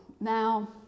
now